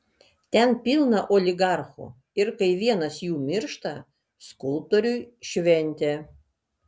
ten pilna oligarchų ir kai vienas jų miršta skulptoriui šventė